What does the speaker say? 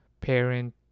parent